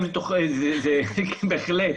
בהחלט.